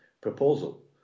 proposal